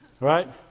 right